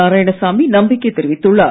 நாராயணசாமி நம்பிக்கை தெரிவித்துள்ளார்